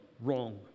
wrong